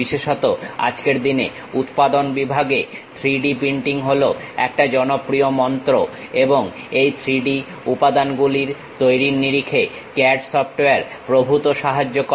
বিশেষত আজকের দিনে উৎপাদন বিভাগে 3D প্রিন্টিং হলো একটা জনপ্রিয় মন্ত্র এবং এই 3D উপাদানগুলি তৈরি করার নিরিখে CAD সফটওয়্যার প্রভূত সাহায্য করে